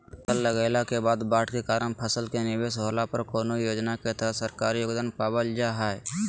फसल लगाईला के बाद बाढ़ के कारण फसल के निवेस होला पर कौन योजना के तहत सरकारी योगदान पाबल जा हय?